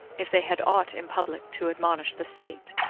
if they had aught in public to admonish the state.